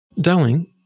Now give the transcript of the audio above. Darling